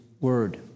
word